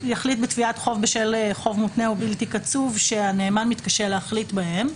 בתביעת חוב בשל חוב מותנה או בלתי קצוב שהנאמן מתקשה להחליט בו.